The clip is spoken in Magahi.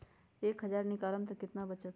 एक हज़ार निकालम त कितना वचत?